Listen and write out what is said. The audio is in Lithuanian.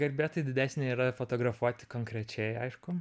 garbė tai didesnė yra fotografuoti konkrečiai aišku